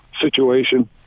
situation